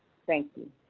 thank you.